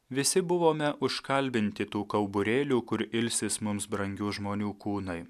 visi buvome užkalbinti tų kauburėlių kur ilsis mums brangių žmonių kūnai